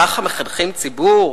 ככה מחנכים ציבור?